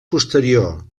posterior